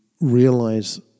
realize